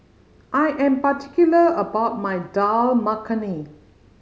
I am particular about my Dal Makhani